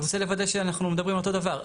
אני רוצה לוודא שאנחנו מדברים על אותו דבר.